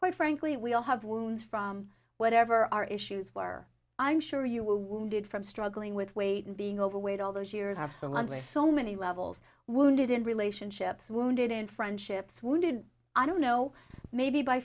quite frankly we all have wounds from whatever our issues were i'm sure you were wounded from struggling with weight and being overweight all those years are so lovely so many levels wounded in relationships wounded in friendships wounded i don't know maybe by